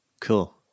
cool